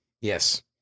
Yes